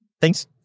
thanks